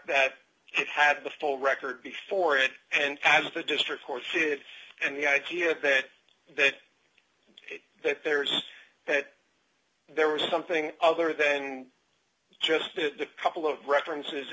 that it had the full record before it and as the district horseshit and the idea that that that there's that there was something other than just the couple of references